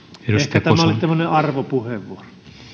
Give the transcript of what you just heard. tämä oli tämmöinen arvopuheenvuoro